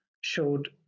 showed